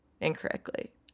incorrectly